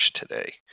today